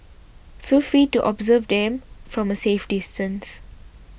feel free to observe them from a safe distance